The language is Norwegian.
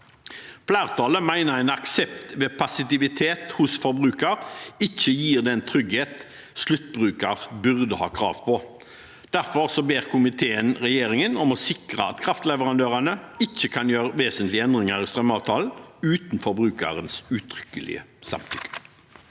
Flertallet mener at aksept ved passivitet hos forbruker ikke gir den tryggheten sluttbrukeren burde ha krav på. Derfor ber komiteen regjeringen om å sikre at kraftleverandørene ikke kan gjøre vesentlige endringer i strømavtalen uten forbrukerens uttrykkelige samtykke.